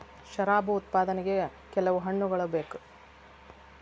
ಶರಾಬು ಉತ್ಪಾದನೆಗೆ ಕೆಲವು ಹಣ್ಣುಗಳ ಬೇಕು